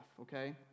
okay